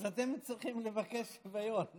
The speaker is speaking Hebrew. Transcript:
אז אתם צריכים לבקש שוויון.